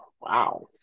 wow